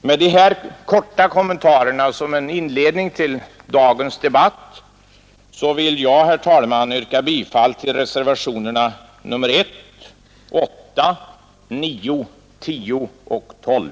Med dessa korta kommentarer som en inledning till dagens debatt vill jag yrka bifall till reservationerna 1, 8, 9, 10 och 12.